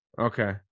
Okay